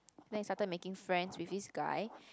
then he started making friends with this guy